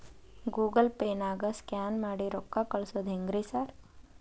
Google ಪೇನಾಗ scan ಮಾಡಿ ರೊಕ್ಕಾ ಕಳ್ಸೊದು ಹೆಂಗ್ರಿ ಸಾರ್?